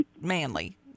manly